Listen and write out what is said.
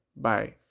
Bye